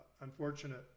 unfortunate